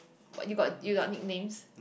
you got you got nicknames